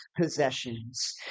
possessions